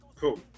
cool